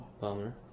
Bummer